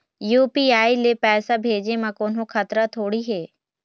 UPI ले पैसे भेजे म कोन्हो खतरा थोड़ी हे?